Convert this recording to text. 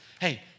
hey